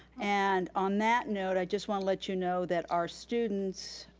and on that note, i just wanna let you know that our students,